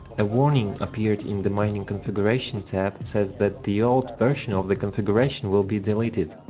a warning appeared in the miner and configuration tab says that the old version of the configuration will be deleted.